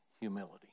humility